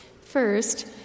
First